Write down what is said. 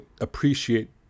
appreciate